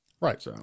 Right